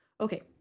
Okay